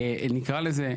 נקרא לזה,